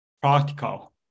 practical